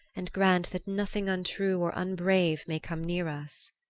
and grant that nothing untrue or unbrave may come near us!